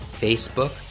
Facebook